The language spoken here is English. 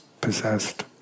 possessed